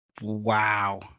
Wow